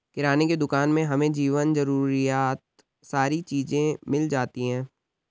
किराने की दुकान में हमें जीवन जरूरियात सारी चीज़े मिल जाती है